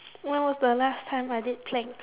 when was the last time I did plank